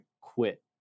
quit